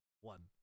One